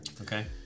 Okay